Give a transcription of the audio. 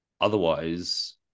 Otherwise